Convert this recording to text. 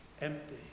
empty